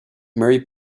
mary